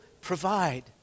provide